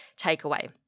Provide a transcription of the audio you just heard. takeaway